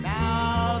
now